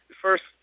first